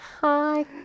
Hi